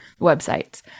websites